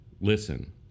Listen